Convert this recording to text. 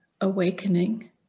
awakening